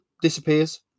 disappears